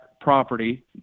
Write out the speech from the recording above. property